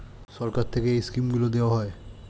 সরকার থেকে এই স্কিমগুলো দেওয়া হয়